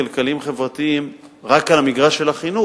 הכלכליים-החברתיים רק על מגרש של החינוך.